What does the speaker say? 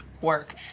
work